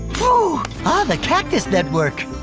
ah the cactus network.